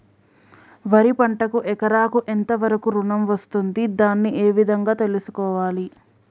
వరి పంటకు ఎకరాకు ఎంత వరకు ఋణం వస్తుంది దాన్ని ఏ విధంగా తెలుసుకోవాలి?